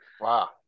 Wow